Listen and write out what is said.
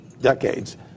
decades